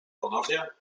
ponownie